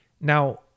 now